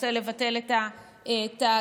רוצה לבטל את התאגיד.